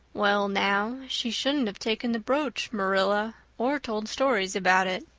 well now, she shouldn't have taken the brooch, marilla, or told stories about it,